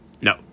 No